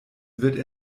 wird